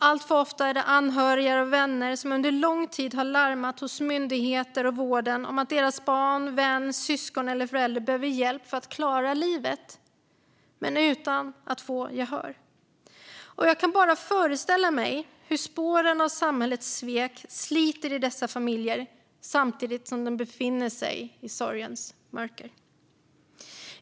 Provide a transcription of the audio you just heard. Alltför ofta är det anhöriga och vänner som under lång tid har larmat hos myndigheter och vården om att deras barn, vän, syskon eller förälder behöver hjälp för att klara livet men utan att få gehör. Jag kan bara förställa mig hur spåren av samhällets svek sliter i dessa familjer samtidigt som de befinner sig i sorgens mörker.